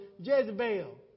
Jezebel